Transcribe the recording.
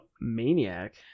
Maniac